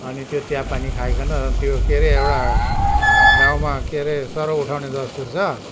अनि त्यो चियापानी खाइकन त्यो के अरे एउटा गाउँमा के अरे सरौ उठाउने दस्तुर छ